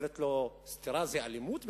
אומרת לו: סטירה זה אלימות בכלל?